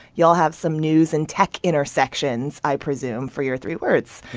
y'all have some news and tech intersections, i presume, for your three words.